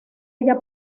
ella